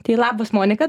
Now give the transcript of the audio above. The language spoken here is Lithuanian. tai labas monika